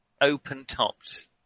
open-topped